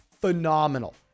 phenomenal